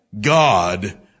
God